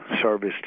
service